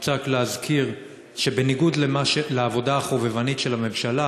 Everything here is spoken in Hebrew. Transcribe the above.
צריך להזכיר שבניגוד לעבודה החובבנית של הממשלה,